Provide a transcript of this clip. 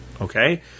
Okay